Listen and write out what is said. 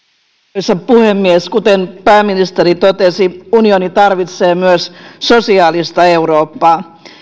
arvoisa puhemies kuten pääministeri totesi unioni tarvitsee myös sosiaalista eurooppaa